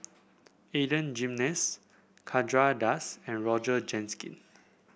Adan Jimenez Chandra Das and Roger